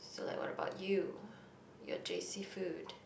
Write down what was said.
so like what about you your J_C food